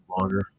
longer